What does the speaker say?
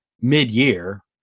mid-year